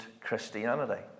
Christianity